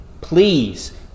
Please